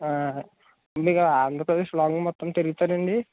మీరు ఆంధ్రప్రదేశ్ లాంగ్ మొత్తం తిరుగుతారా అండి